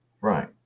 right